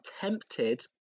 tempted